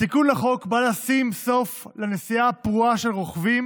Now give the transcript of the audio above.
התיקון לחוק בא לשים סוף לנסיעה הפרועה של רוכבים